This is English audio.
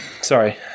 Sorry